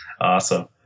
Awesome